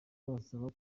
babasaba